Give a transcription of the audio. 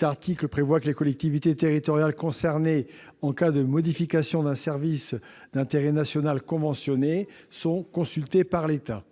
L'article prévoit que les collectivités territoriales concernées en cas de modification d'un service d'intérêt national conventionné sont consultées par l'État.